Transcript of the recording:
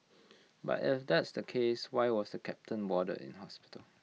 but if that's the case why was the captain warded in hospital